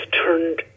turned